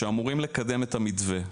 שאמורים לקדם את המתווה.